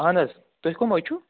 اَہن حظ تُہۍ کٕم حظ چھُو